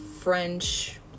French